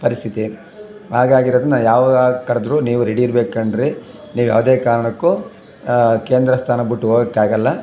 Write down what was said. ಪರಿಸ್ಥಿತಿ ಹಾಗಾಗಿರೋದನ್ನ ಯಾವಾಗ ಕರೆದ್ರೂ ನೀವು ರೆಡಿ ಇರಬೇಕು ಕಂಡ್ರಿ ನೀವು ಯಾವುದೇ ಕಾರಣಕ್ಕೂ ಕೇಂದ್ರ ಸ್ಥಾನ ಬಿಟ್ಟು ಹೋಗಕ್ಕಾಗಲ್ಲ